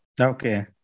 Okay